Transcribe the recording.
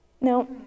No